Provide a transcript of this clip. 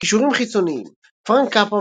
קישורים חיצוניים פרנק קפרה,